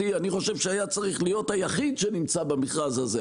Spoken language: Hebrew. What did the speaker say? החשמלי אני חושב שהוא היה צריך להיות היחיד שנמצא במכרז הזה,